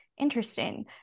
interesting